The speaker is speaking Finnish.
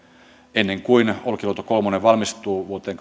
ennen kuin olkiluoto kolme valmistuu vuoteen